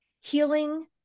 healing